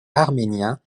arménien